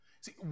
See